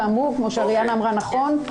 כמו שאריאנה אמרה נכון,